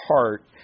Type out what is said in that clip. heart